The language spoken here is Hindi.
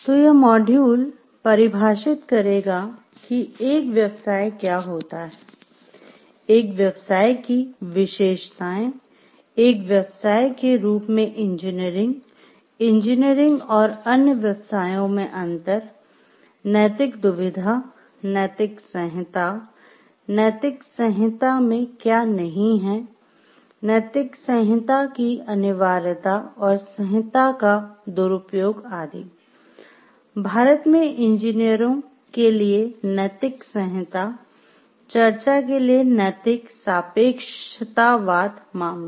तो यह मॉड्यूल परिभाषित करेगा कि एक व्यवसाय क्या होता है एक व्यवसाय की विशेषताएं एक व्यवसाय के रूप में इंजीनियरिंग इंजीनियरिंग और अन्य व्यवसायों में अंतर नैतिक दुविधा नैतिक संहिता नैतिक संहिता में क्या नहीं है नैतिक संहिता की अनिवार्यता और संहिता का दुरुपयोग आदि भारत में इंजीनियरों के लिए नैतिक संहिता चर्चा के लिए नैतिक सापेक्षतावाद मामले